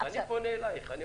אני פונה אלייך.